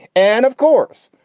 and of course,